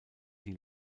die